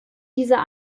dieser